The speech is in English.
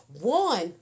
one